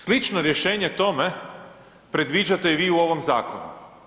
Slično rješenje tome predviđate i vi u ovom zakonu.